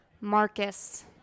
Marcus